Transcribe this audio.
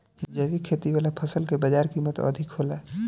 जैविक खेती वाला फसल के बाजार कीमत अधिक होला